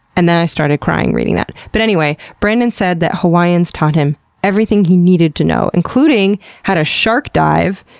and then i started crying reading that. but anyway, brandon said that hawaiians taught him everything he needed to know, including how to shark dive.